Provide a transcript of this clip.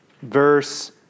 Verse